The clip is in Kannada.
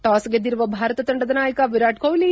ಟಾಸ್ ಗೆದ್ಲಿರುವ ಭಾರತ ತಂಡದ ನಾಯಕ ವಿರಾಟ್ ಕೊಟ್ಲಿ